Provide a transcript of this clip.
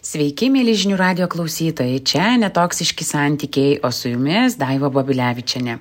sveiki mieli žinių radijo klausytojai čia netoksiški santykiai o su jumis daiva babilevičienė